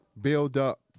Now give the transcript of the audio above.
Build-up